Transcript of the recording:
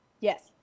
Yes